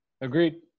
agreed